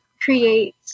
create